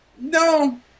no